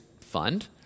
fund